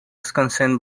wisconsin